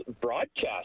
broadcast